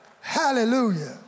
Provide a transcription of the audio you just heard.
Hallelujah